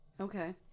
Okay